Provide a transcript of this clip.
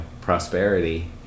prosperity